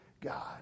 God